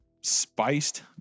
Spiced